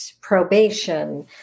probation